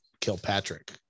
Kilpatrick